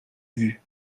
vus